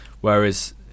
whereas